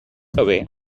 away